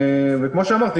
וכמו שאמרתי,